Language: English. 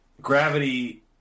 Gravity